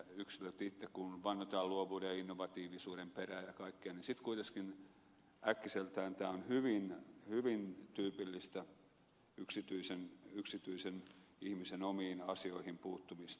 kun vannotaan luovuuden ja innovatiivisuuden perään ja kaikkea niin sitten kuitenkin äkkiseltään tämä on hyvin hyvin tyypillistä yksityisen ihmisen omiin asioihin puuttumista